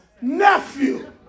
Nephew